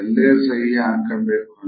ಎಲ್ಲೇ ಸಹಿ ಹಾಕಬೇಕು